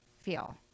feel